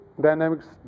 dynamics